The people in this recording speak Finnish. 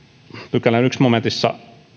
pykälän ensimmäisen momentin